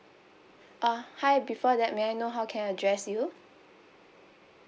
uh hi before that may I know how can I address you